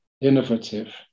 innovative